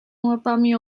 łapami